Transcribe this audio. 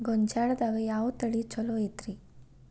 ಗೊಂಜಾಳದಾಗ ಯಾವ ತಳಿ ಛಲೋ ಐತ್ರಿ?